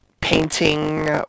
painting